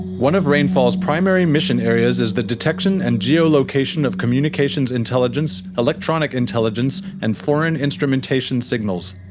one of rainfall's primary mission areas is the detection and geolocation of communications intelligence, electronic intelligence and foreign instrumentation signals.